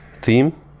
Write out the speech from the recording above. theme